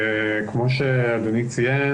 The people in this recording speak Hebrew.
כמו שאדוני ציין,